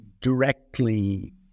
directly